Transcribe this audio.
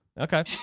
Okay